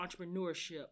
entrepreneurship